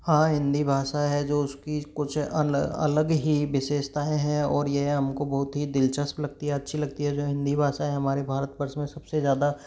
हाँ हिन्दी भाषा हैं जो उसकी कुछ अलग अलग ही विशेषताएं हैं और यह हमको बहुत ही दिलचस्प लगती है अच्छी लगती है जो हिन्दी भाषा है हमारे भारत वर्ष में सबसे ज़्यादा